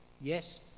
Yes